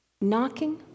knocking